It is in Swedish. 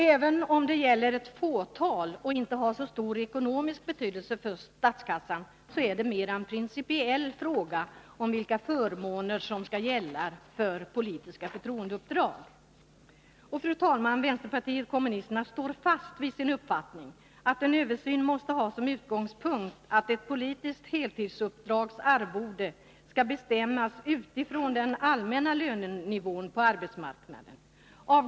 Även om det gäller ett fåtal och inte har så stor ekonomisk betydelse för statskassan, är det mera en principiell fråga för politiska förtroendeuppdrag vilka förmåner som skall gälla. Fru talman! Vänsterpartiet kommunisterna står fast vid sin uppfattning att Nr 176 en översyn måste ha som utgångspunkt att ett politiskt heltidsuppdrags Lördagen den arvode skall bestämmas utifrån den allmänna lönenivån på arbetsmarkna 12 juni 1982 den.